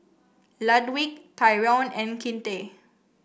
Ludwig Tyrone and Kinte